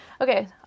Okay